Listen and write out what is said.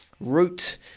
root